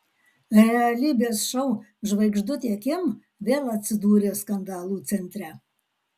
realybės šou žvaigždutė kim vėl atsidūrė skandalų centre